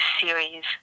series